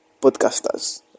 podcasters